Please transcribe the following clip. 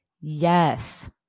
Yes